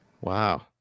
wow